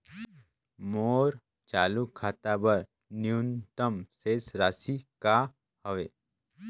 मोर चालू खाता बर न्यूनतम शेष राशि का हवे?